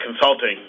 consulting